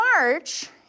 March